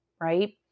right